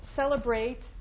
celebrate